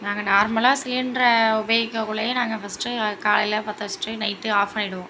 நாங்கள் நார்மலாக சிலிண்ட்ரை உபயோகிக்கக்குள்ளேயே நாங்கள் ஃபஸ்ட்டு காலையில் பற்ற வச்சுட்டு நைட்டு ஆஃப் பண்ணிவிடுவோம்